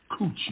coochie